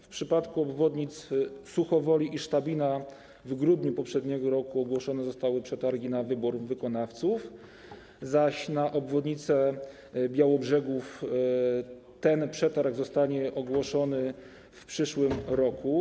W przypadku obwodnic Suchowoli i Sztabina w grudniu poprzedniego roku ogłoszone zostały przetargi na wybór wykonawców, zaś w przypadku obwodnicy Białobrzegów ten przetarg zostanie ogłoszony w przyszłym roku.